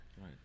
Right